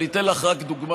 אני אתן לך רק דוגמה.